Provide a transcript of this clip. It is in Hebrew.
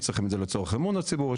לצורך אמון הציבור ועוד.